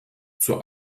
zur